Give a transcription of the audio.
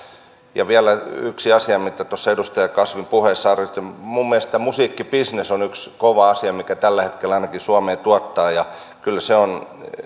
ja vielä yksi asia mikä tuossa edustaja kasvin puheessa oli minun mielestäni musiikkibisnes on yksi kova asia mikä ainakin tällä hetkellä suomeen tuottaa ja kyllä se on